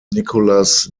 nicholas